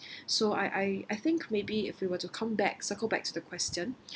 so I I I think maybe if you were to come back circle back to the question